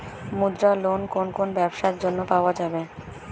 মুদ্রা লোন কোন কোন ব্যবসার জন্য পাওয়া যাবে?